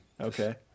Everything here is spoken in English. Okay